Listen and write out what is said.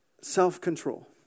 self-control